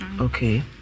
Okay